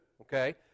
okay